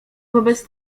wobec